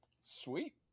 sweet